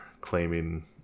claiming